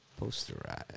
Posterize